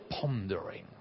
pondering